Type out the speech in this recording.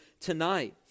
tonight